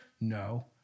No